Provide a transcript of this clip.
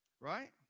right